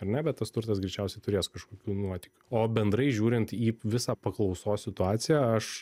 ar ne bet tas turtas greičiausiai turės kažkokių nuotykių o bendrai žiūrint į visą paklausos situaciją aš